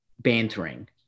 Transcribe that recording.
bantering